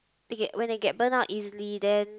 they get when they get burn out easily then